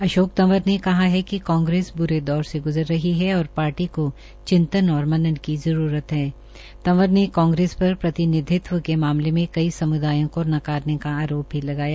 अशोक तंवर ने कहा है कि कांग्रेस ब्रे दौर से ग्ज़र रही है और पार्टी को चिंतन और मनन की जरूरत तंवर ने कांग्रेस पर प्रतिनिधित्व के मामले में कई समुदायों को नकारने का आरोप भी लगाया